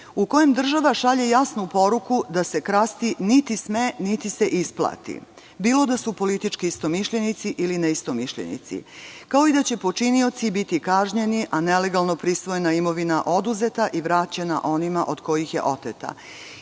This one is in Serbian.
u kojem država šalje jasnu poruku da se krasti niti sme, niti se isplati bilo da su politički istomišljenici ili neistomišljenici, kao i da će počinioci biti kažnjeni, a nelegalno prisvojena imovina oduzeta i vraćena onima od kojih je oteta